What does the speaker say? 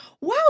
wow